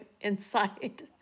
inside